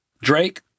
Drake